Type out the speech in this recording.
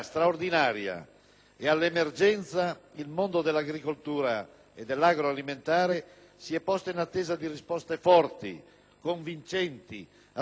e all'emergenza il mondo dell'agricoltura e dell'agroalimentare si è posto in attesa di risposte forti, convincenti, rassicuranti.